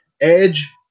Edge